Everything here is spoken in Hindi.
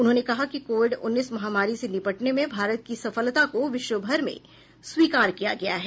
उन्होंने कहा कि कोविड उन्नीस महामारी से निपटने में भारत की सफलता को विश्वभर में स्वीकार किया गया है